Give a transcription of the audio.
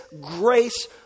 grace